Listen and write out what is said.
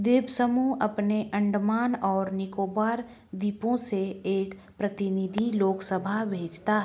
द्वीप समूह अपने अंडमान और निकोबार द्वीपों से एक प्रतिनिधि लोकसभा भेजता ह